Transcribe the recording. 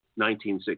1960